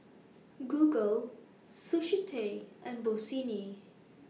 Google Sushi Tei and Bossini